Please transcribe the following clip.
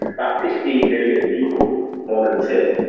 about fifty million people volunteer,